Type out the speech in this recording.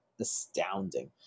astounding